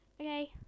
Okay